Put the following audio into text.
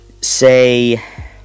Say